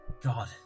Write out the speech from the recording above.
God